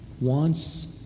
wants